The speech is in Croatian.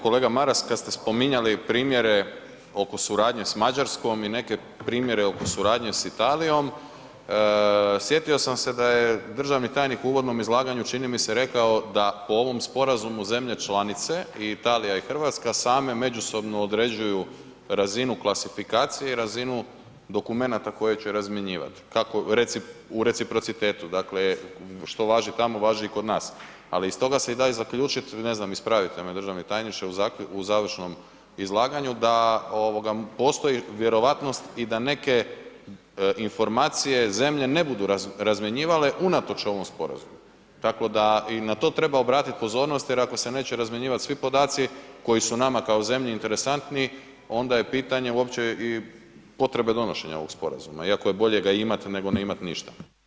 Kolega Maras, kad ste spominjali primjere oko suradnje s Mađarskom i neke primjere oko suradnje s Italijom, sjetio sam se da je državni tajnik u uvodnom izlaganju čini mi se rekao da po ovom sporazumu zemlje članice i Italija i RH same međusobno određuju razinu klasifikacije i razinu dokumenata koje će razmjenjivat, kako u reciprocitetu, dakle što važi tamo važi i kod nas, ali iz toga se i da zaključit, ne znam ispravite me državni tajniče u završnom izlaganju da ovoga postoji vjerovatnost i da neke informacije zemlje ne budu razmjenjivale unatoč ovom sporazumu tako da i na to treba obratit pozornost jer ako se neće razmjenjivat svih podaci koji su nama kao zemlji interesantni, onda je pitanje uopće i potrebe donošenja ovog sporazuma iako je bolje ga imat, nego ne imat ništa.